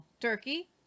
Turkey